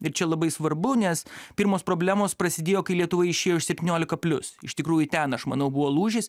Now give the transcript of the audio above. ir čia labai svarbu nes pirmos problemos prasidėjo kai lietuva išėjo iš septyniolika plius iš tikrųjų ten aš manau buvo lūžis